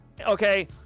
Okay